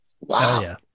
Wow